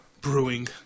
brewing